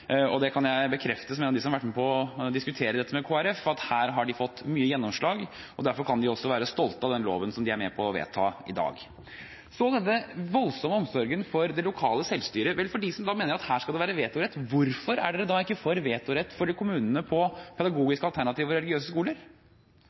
i. Det kan jeg bekrefte som en av dem som har vært med på å diskutere dette med Kristelig Folkeparti, at her har de fått mye gjennomslag, og derfor kan de også være stolte av den loven som de er med på å vedta i dag. Til denne voldsomme omsorgen for det lokale selvstyret fra dem som mener at her skal det være vetorett: Hvorfor er de da ikke for vetorett for kommunene når det gjelder pedagogiske alternativer og religiøse skoler?